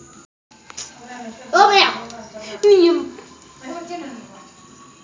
వరి, మొక్కజొన్న, పత్తి, ఆముదం పంటలను ముఖ్యంగా ఖరీఫ్ సీజన్ లో పండిత్తారు